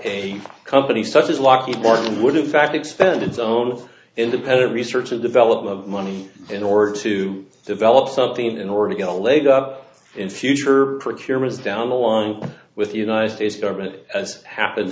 a company such as lockheed martin would in fact expend its own independent research and development money in order to develop something in order to get a leg up in future for cure is down the line with the united states government as happened